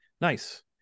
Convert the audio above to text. nice